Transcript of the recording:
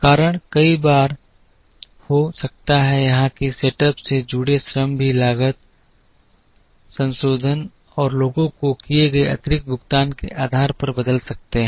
कारण कई बार हो सकता है यहां तक कि सेटअप से जुड़े श्रम भी लागत संशोधन और लोगों को किए गए अतिरिक्त भुगतान के आधार पर बदल सकते हैं